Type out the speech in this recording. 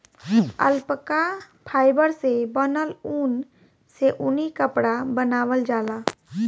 alpaca fibre से बनल ऊन से ऊनी कपड़ा बनावल जाला